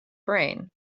brain